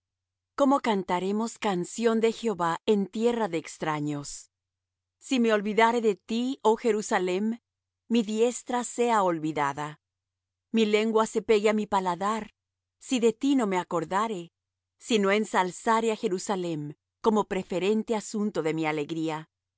cómo cantaremos canción de jehová en tierra de extraños si me olvidare de ti oh jerusalem mi diestra sea olvidada mi lengua se pegue á mi paladar si de ti no me acordare si no ensalzare á jerusalem como preferente asunto de mi alegría